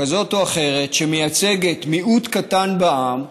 כזאת או אחרת שמייצגת מיעוט קטן בעם,